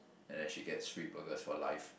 and then she gets free burgers for life